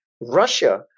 Russia